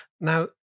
Now